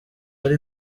ari